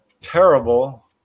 terrible